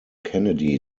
kennedy